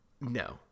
No